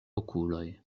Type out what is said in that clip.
okuloj